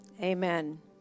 Amen